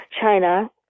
China